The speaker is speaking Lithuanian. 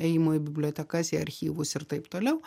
ėjimo į bibliotekas į archyvus ir taip toliau